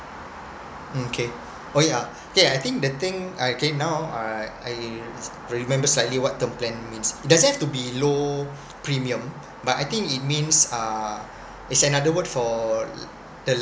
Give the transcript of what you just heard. mm okay oh yeah okay I think that thing I okay now I I remember slightly what term plan means doesn't have to be low premium but I think it means uh it's another word for the